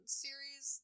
series